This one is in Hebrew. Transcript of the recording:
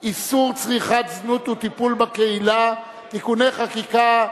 איסור צריכת זנות וטיפול בקהילה (תיקוני חקיקה),